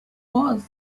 was